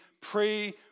pray